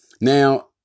Now